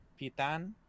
Pitan